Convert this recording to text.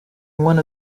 one